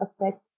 affect